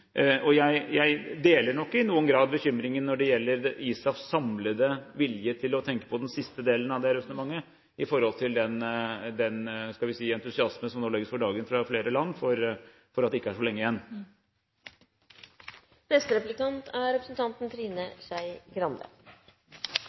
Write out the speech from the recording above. Jeg deler nok i noen grad bekymringen når det gjelder ISAFs samlede vilje til å tenke på den siste delen av det resonnementet, med tanke på den entusiasmen som nå legges for dagen fra flere land for at det ikke er så lenge igjen. Først vil jeg skryte av at statsråden har fått orden på disse medaljeseremoniene, slik at de er